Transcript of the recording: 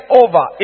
over